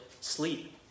sleep